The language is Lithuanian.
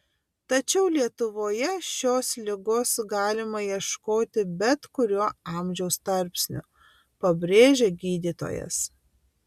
tačiau lietuvoje šios ligos galima ieškoti bet kuriuo amžiaus tarpsniu pabrėžia gydytojas